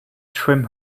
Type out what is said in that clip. trim